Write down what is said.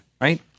right